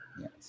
Yes